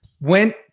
went